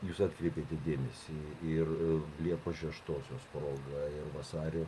jūs atkreipėte dėmesį ir liepos šeštosios proga vasario